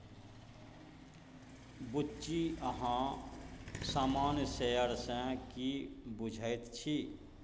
बुच्ची अहाँ सामान्य शेयर सँ की बुझैत छी?